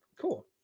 cool